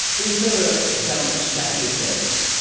is there a bounce-back effect,